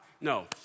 no